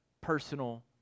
personal